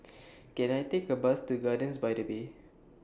Can I Take A Bus to Gardens By The Bay